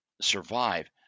survive